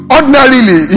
Ordinarily